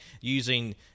using